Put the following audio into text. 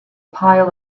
pile